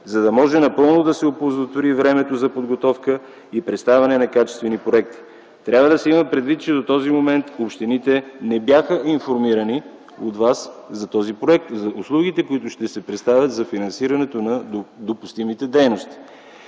за да може напълно да се оползотвори времето за подготовка и представяне на качествени проекти. Трябва да се има предвид, че до този момент общините не бяха информирани от вас за този проект, за услугите, които ще се представят, за финансирането на допустимите дейности.